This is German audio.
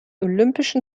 olympischen